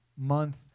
month